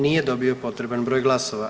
Nije dobio potreban broj glasova.